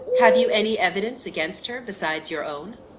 have you any evidence against her, besides your own?